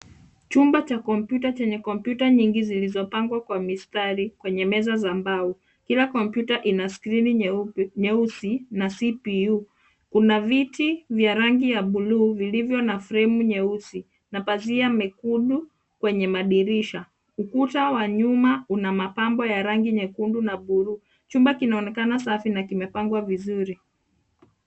Chumba cha kompyuta chenye kompyuta nyingi zilizopangwa kwa mistari kwenye meza za mbao. Kila kompyuta ina skrini nyeusi na CPU . Kuna viti vya rangi ya buluu vilivyo na fremu nyeusi na pazia mekundu kwenye madirisha. Ukuta wa nyuma una mapambo ya rangi nyekundu na buluu. Chumba kinaonekana safi na kimepangwa vizuri.